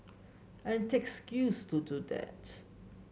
and takes skills to do that